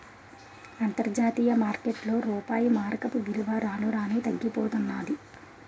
అంతర్జాతీయ మార్కెట్లో రూపాయి మారకపు విలువ రాను రానూ తగ్గిపోతన్నాది